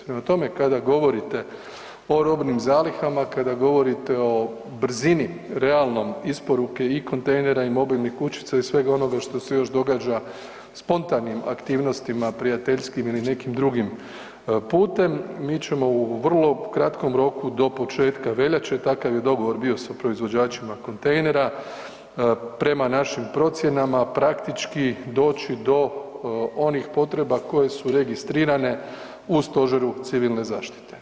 Prema tome, kada govorite o robnim zalihama, kada govorite o brzini realnom isporuke i kontejnera i mobilnih kućica i svega onoga što se još događa spontanim aktivnostima, prijateljskim ili nekim drugim putem, mi ćemo u vrlo kratkom roku do početka veljače, takav je dogovor bio sa proizvođačima kontejnera prema našim procjenama praktički doći do onih potreba koje su registrirane u stožeru civilne zaštite.